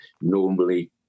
normally